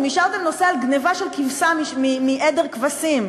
אתם אישרתם נושא על גנבה של כבשה מעדר כבשים.